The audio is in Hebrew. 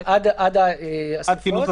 עדיף לא.